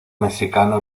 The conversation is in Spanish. mexicano